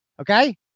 Okay